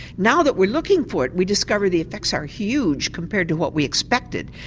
now that we're looking for it we discover the effects are huge compared to what we expected.